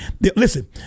listen